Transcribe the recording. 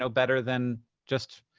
and better than just